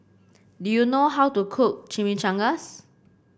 do you know how to cook Chimichangas